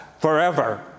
forever